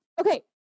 okay